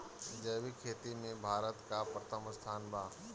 जैविक खेती में भारत का प्रथम स्थान बा